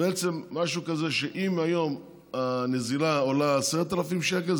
בעצם משהו כזה שאם היום הנזילה עולה 10,000 שקל,